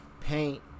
Paint